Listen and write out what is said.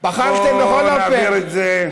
בואו נעביר את זה,